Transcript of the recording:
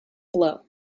blow